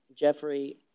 Jeffrey